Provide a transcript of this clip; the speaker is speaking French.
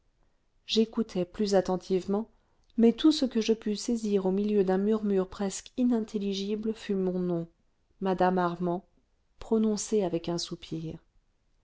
j'écoutais plus attentivement mais tout ce que je pus saisir au milieu d'un murmure presque inintelligible fut mon nom mme armand prononcé avec un soupir